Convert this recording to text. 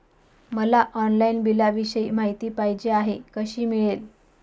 मला ऑनलाईन बिलाविषयी माहिती पाहिजे आहे, कशी मिळेल?